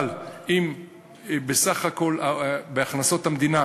אבל אם בסך הכול בהכנסות המדינה